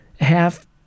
half